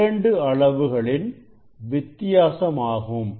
இரண்டு அளவுகளின் வித்தியாசமாகும்